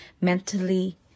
mentally